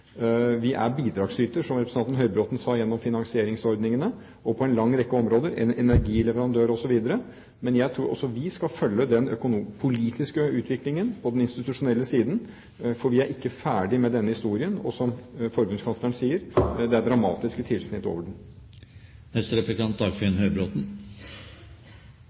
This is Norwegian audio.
Vi er bidragsyter, som representanten Høybråten sa, gjennom finansieringsordningene og på en lang rekke områder – energileverandør osv. Men jeg tror også vi skal følge den politiske utviklingen på den institusjonelle siden, for vi er ikke ferdige med denne historien, og som forbundskansleren sier: Det er dramatiske tilsnitt over den.